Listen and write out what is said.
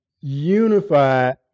unified